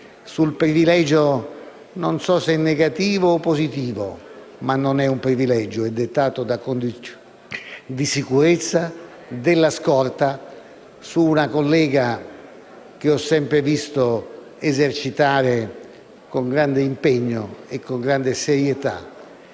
sul privilegio - non so se negativo o positivo, ma non è un privilegio essendo dettato da condizioni di sicurezza - della scorta per una collega che ho sempre visto esercitare con grande impegno e serietà